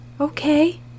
Okay